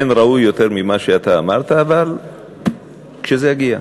אין ראוי יותר מה שאתה אמרת, אבל כשזה יגיע.